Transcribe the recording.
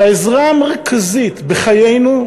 כולכם יודעים שהעזרה המרכזית בחיינו,